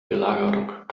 belagerung